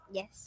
Yes